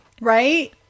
Right